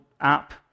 app